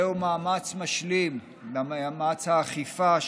זהו מאמץ משלים למאמץ האכיפה,